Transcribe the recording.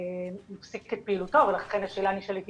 מפסיק את פעילותו ולכן השאלה הנשאלת היא,